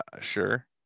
sure